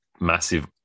massive